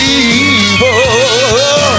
evil